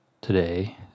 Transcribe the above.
today